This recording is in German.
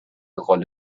rolle